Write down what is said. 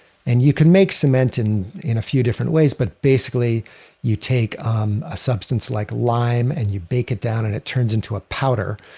and you can make cement in in a few different ways. but basically you take um a substance like lime and you bake it down and it turns into a powder.